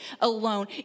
alone